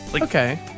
Okay